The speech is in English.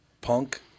punk